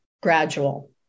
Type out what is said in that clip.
gradual